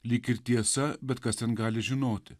lyg ir tiesa bet kas ten gali žinoti